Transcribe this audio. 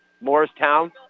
Morristown